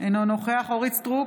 אינו נוכח אורית מלכה סטרוק,